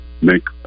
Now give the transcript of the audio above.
make